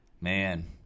Man